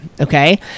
okay